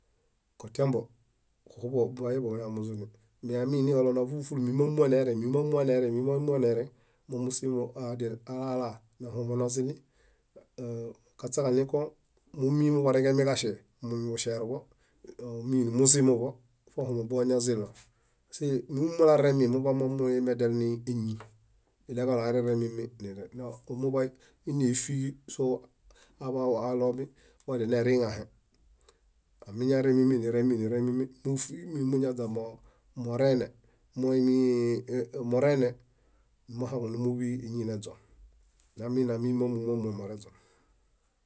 Kotiambo kuxuḃuġo kuñadial niġuzuni meamiini kalo ona fúlu fúlu mimamuoneereŋ mimamuoneereŋ añaźaźa ohumo nozĩli. kaśeġaɭinko mimuworeḃongemi ġaŝe, mimuŝeruḃo mominimuzimuḃo, fohumo booñazĩlo múlu múlu aremi muḃamomuñameranéñi. iɭeġalo areremimi muḃaine ífiiġo soaḃaaḃu aɭoomi wadiala neriŋahe, amiñaremimi niremimi muñaźa moreene, nimuhaŋu muḃiéñi neźon meaminamin mámuon muereźon.